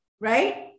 Right